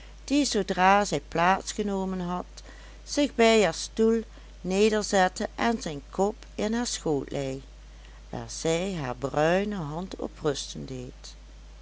die zoodra zij plaats genomen had zich bij haar stoel nederzette en zijn kop in haar schoot lei waar zij hare bruine hand op rusten deed